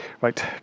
Right